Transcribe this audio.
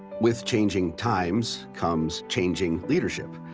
with changing times comes changing leadership.